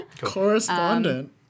Correspondent